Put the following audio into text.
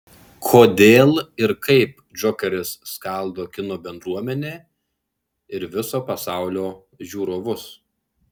kodėl ir kaip džokeris skaldo kino bendruomenę ir viso pasaulio žiūrovus